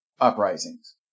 uprisings